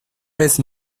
vez